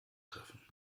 treffen